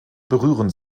berühren